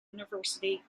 university